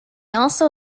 also